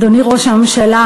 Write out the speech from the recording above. אדוני ראש הממשלה,